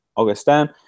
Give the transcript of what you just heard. Augustin